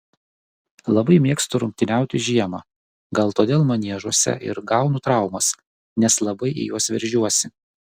labai mėgstu rungtyniauti žiemą gal todėl maniežuose ir gaunu traumas nes labai į juos veržiuosi